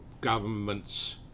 governments